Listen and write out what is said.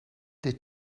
the